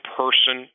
person